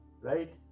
Right